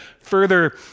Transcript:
further